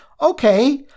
okay